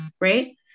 right